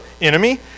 enemy